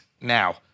now